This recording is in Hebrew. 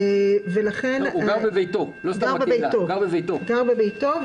לא סתם בקהילה, הוא גר בביתו.